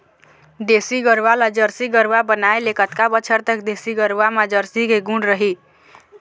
देसी गरवा ला जरसी गरवा बनाए ले कतका बछर तक देसी गरवा मा जरसी के गुण रही?